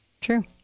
True